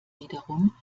wiederum